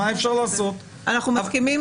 אנחנו מסכימים מהותית שזה צריך לחול.